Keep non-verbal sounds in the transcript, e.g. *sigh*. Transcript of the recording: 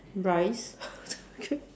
rice *laughs*